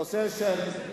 הנושא המדיני.